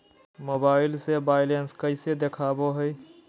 Mobile से balance कैसे देखाबो है?